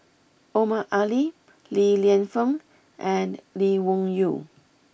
Omar Ali Li Lienfung and Lee Wung Yew